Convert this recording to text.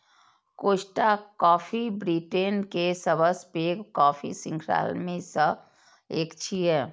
Costa Coffee Britain के सबसं पैघ कॉफी शृंखला मे सं एक छियै